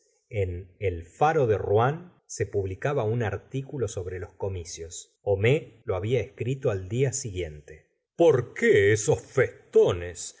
en el faro de rouen se publicaba un artículo sobre los comicios homais lo había escrito al día siguiente por qué esos festones